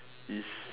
is